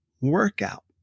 workout